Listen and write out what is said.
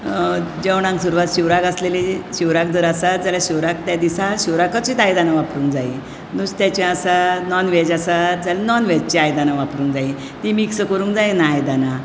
जेवणाक सुरवात शिवराक आसले की शिवराक जर आसा जाल्यार शिवराक त्या दिसाक शिवराकाचीच आयदनां वापरूंक जाय नुस्त्याचें आसा नोन व्हेज आसा जाल्यार नोन व्हेजची आयदनां वापरूंक जायी ती मिक्स करूंक जायना आयदनां